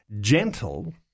gentle